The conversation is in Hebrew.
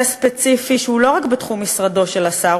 ספציפי שהוא לא רק בתחום משרדו של השר,